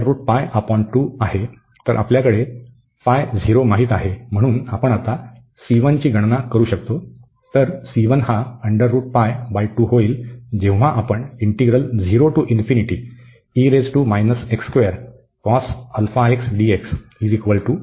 तर आपल्याला माहित आहे म्हणून आपण आता ची गणना करू शकतो तर हा होईल